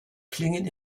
klingen